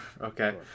okay